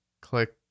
click